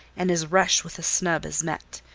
and his rush with a snub is met,